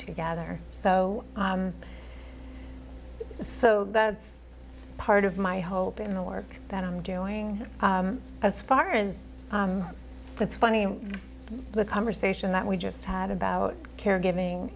together so so that's part of my hope in the work that i'm doing as far as it's funny the conversation that we just had about caregiving